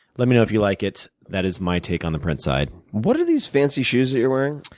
let me know if you like it. that is my take on the print side. what are these fancy shoes that you're wearing?